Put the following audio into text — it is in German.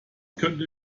könnte